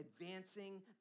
advancing